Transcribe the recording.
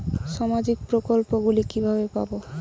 সামাজিক প্রকল্প গুলি কিভাবে পাব?